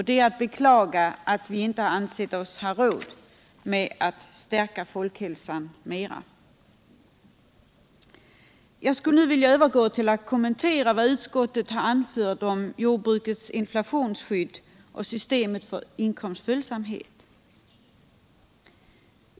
Det är att beklaga att vi inte ansett oss ha råd att stärka folkhälsan mera. Jag vill nu övergå till att kommentera vad utskottet anfört om jordbrukets inflationsskydd och systemet för inkomstföljsamhet.